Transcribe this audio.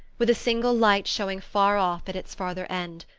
with a single light showing far off at its farther end.